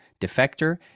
Defector